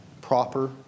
proper